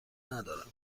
ندارم